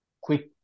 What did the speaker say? quick